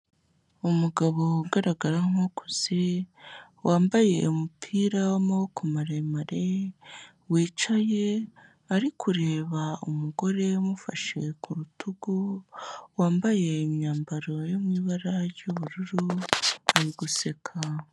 Umugabo ugaragara nk'ukuze, wambaye umupira w'amaboko maremare, wicaye ari kureba umugore umufashe ku rutugu, wambaye imyambaro yo mu ibara ry'ubururu, bari guseka.